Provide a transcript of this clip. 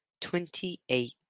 Twenty-eight